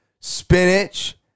spinach